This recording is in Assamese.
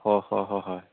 হয় হয় হয় হয়